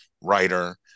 writer